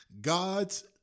God's